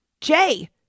Jay